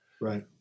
Right